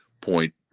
point